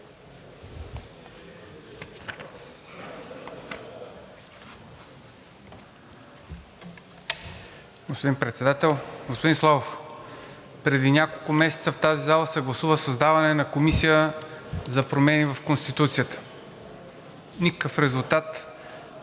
Господин Председател! Господин Славов, преди няколко месеца в тази зала се гласува създаване на Комисия за промени в Конституцията – никакъв резултат!